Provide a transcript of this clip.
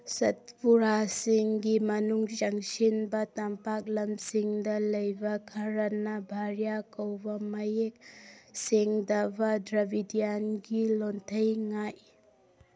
ꯁꯠꯄꯨꯔꯥꯁꯤꯡꯒꯤ ꯃꯅꯨꯡ ꯆꯪꯁꯤꯟꯕ ꯇꯝꯄꯥꯛ ꯂꯝꯁꯤꯡꯗ ꯂꯩꯕ ꯈꯔꯅ ꯚꯔꯤꯌꯥ ꯀꯧꯕ ꯃꯌꯦꯛ ꯁꯦꯡꯗꯕ ꯗ꯭ꯔꯥꯕꯤꯗ꯭ꯌꯥꯟꯒꯤ ꯂꯣꯟꯊꯩ ꯉꯥꯛꯏ